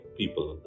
people